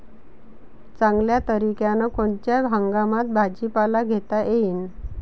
चांगल्या तरीक्यानं कोनच्या हंगामात भाजीपाला घेता येईन?